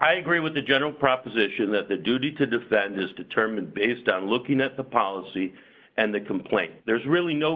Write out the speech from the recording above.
i agree with the general proposition that the duty to defend is determined based on looking at the policy and the complaints there's really no